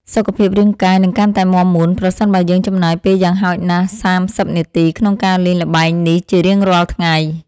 សុខភាពរាងកាយនឹងកាន់តែមាំមួនប្រសិនបើយើងចំណាយពេលយ៉ាងហោចណាស់សាមសិបនាទីក្នុងការលេងល្បែងនេះជារៀងរាល់ថ្ងៃ។